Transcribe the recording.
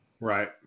Right